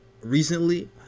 recently